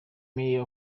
mayor